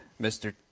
Mr